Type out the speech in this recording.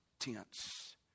tense